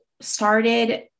started